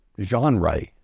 genre